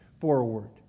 forward